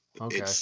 okay